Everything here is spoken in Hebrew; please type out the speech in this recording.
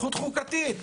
זכות חוקתית,